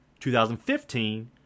2015